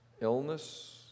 illness